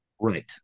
Right